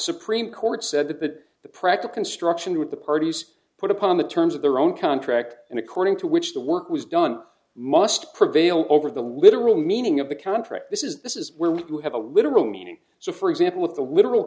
supreme court said that the practical struction with the parties put upon the terms of their own contract and according to which the work was done must prevail over the literal meaning of the contract this is this is where we do have a literal meaning so for example with the literal